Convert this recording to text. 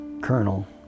Colonel